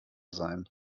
sein